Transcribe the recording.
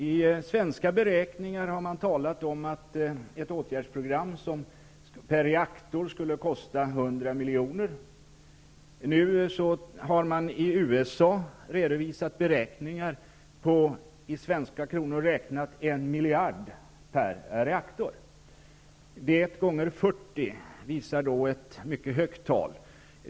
I svenska beräkningar har man angett att ett åtgärdsprogram per reaktor skulle kosta 100 milj.kr. I USA har det nu redovisats beräkningar som i svenska kronor räknat går ut på en miljard per reaktor. Detta belopp gånger 40 ger ett mycket högt tal.